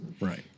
Right